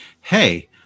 Hey